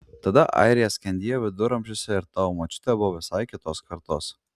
tada airija skendėjo viduramžiuose ir tavo močiutė buvo visai kitos kartos